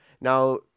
Now